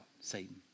Satan